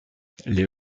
les